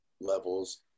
levels